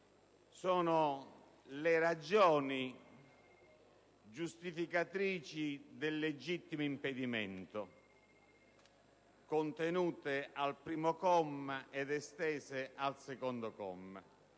sono le ragioni giustificatrici del legittimo impedimento contenute al comma 1 ed estese al comma